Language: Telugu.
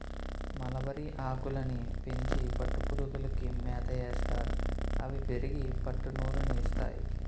మలబరిఆకులని పెంచి పట్టుపురుగులకి మేతయేస్తారు అవి పెరిగి పట్టునూలు ని ఇస్తాయి